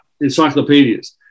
encyclopedias